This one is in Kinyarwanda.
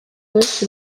benshi